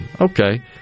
Okay